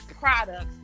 products